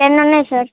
ఎన్నునాయి sir